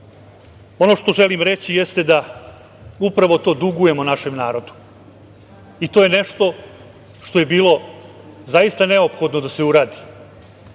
ono što želim reći jeste da upravo to dugujemo našem narodu. To je nešto što je bilo zaista neophodno da se uradi.